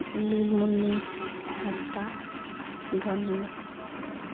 ᱞᱤᱞᱢᱚᱱᱤ ᱦᱟᱸᱥᱫᱟ ᱫᱷᱚᱱ ᱦᱮᱢᱵᱨᱚᱢ